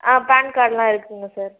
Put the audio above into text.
ஆ PAN கார்ட்லாம் இருக்குங்க sir